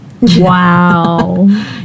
wow